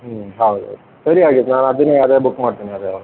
ಹ್ಞೂ ಹೌದು ಸರಿ ಹಾಗಿದ್ದರೆ ನಾನು ಅದನ್ನೇ ಯಾವುದೇ ಒಂದು ಬುಕ್ ಮಾಡ್ತೇನೆ ಅದು